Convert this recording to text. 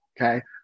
okay